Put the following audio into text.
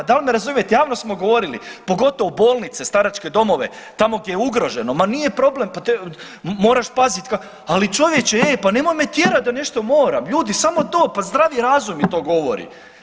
Da li me razumijete, javno smo govorili, pogotovo bolnice, staračke domove, tamo gdje je ugroženo ma nije problem pa moraš paziti, ali čovječe ej pa nemoj me tjerat da nešto moram, ljudi pa samo to, pa zdravi razum mi to govori.